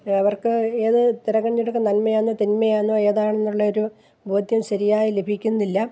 അവർക്ക് ഏത് തെരഞ്ഞെടുക്കാൻ നന്മയാണെന്നോ തിന്മയാണെന്നോ എതാണെന്നുള്ളൊരു ബോധ്യം ശരിയായി ലഭിക്കുന്നില്ല